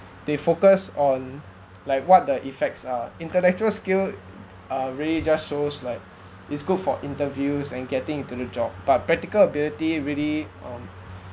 they focus on like what the effects are intellectual skills are really just shows like it's good for interviews and getting into the job but practical ability really um